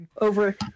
over